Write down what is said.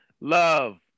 Love